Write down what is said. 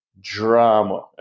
drama